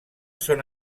són